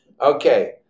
Okay